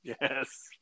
yes